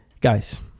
Guys